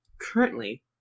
currently